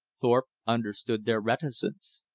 thorpe understood their reticence.